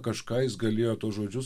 kažką jis galėjo tuos žodžius